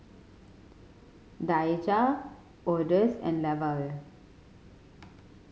Daijah Odus and Lavelle